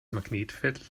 magnetfeld